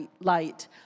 light